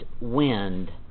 wind